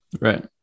Right